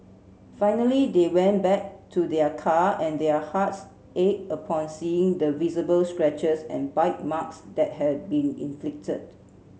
finally they went back to their car and their hearts ached upon seeing the visible scratches and bite marks that had been inflicted